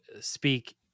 speak